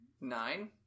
nine